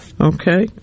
Okay